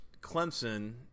Clemson